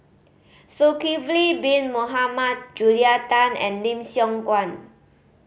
Zulkifli Bin Mohamed Julia Tan and Lim Siong Guan